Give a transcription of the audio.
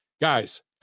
guys